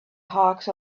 hawks